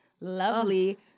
lovely